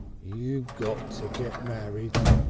you got to get married,